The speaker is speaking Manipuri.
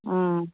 ꯎꯝ